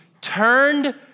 turned